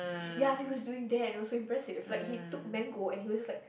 ya so he was doing that and it was so impressive like he took mango and he was just like